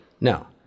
No